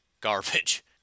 garbage